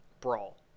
brawl